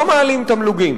לא מעלים תמלוגים.